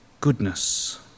goodness